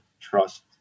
trust